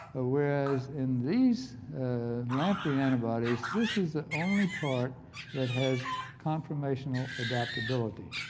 ah whereas in these lamprey antibodies this is the only part that has confirmational adaptability.